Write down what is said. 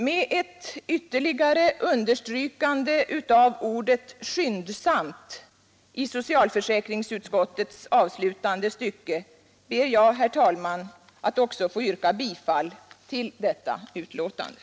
Med ett ytterligare understrykande av ordet ”skyndsamt” i socialförsäkringsutskottets avslutande stycke ber jag, herr talman, att få yrka bifall till utskottets hemställan.